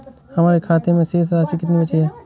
हमारे खाते में शेष राशि कितनी बची है?